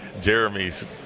Jeremy's